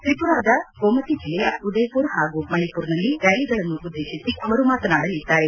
ತ್ರಿಪುರಾದ ಗೋಮತಿ ಜಿಲ್ಲೆಯ ಉದಯ್ಪುರ್ ಹಾಗೂ ಮಣಿಪುರ್ನಲ್ಲಿ ರ್ಾಲಿಗಳನ್ನು ಉದ್ದೇತಿಸಿ ಅವರು ಮಾತನಾಡಲಿದ್ದಾರೆ